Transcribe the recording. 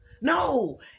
no